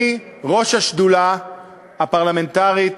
אני ראש השדולה הפרלמנטרית